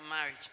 marriage